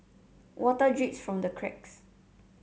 water drips from the cracks